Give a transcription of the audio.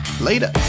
later